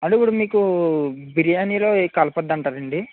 అదే ఇప్పుడు మీకు బిర్యానీలో ఏం కలపవద్దు అంటారా అండి